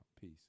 Peace